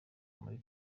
muri